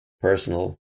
personal